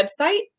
website